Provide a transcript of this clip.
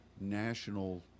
national